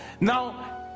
Now